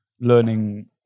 learning